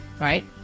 right